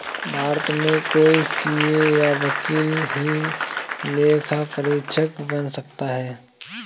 भारत में कोई सीए या वकील ही लेखा परीक्षक बन सकता है